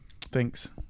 thanks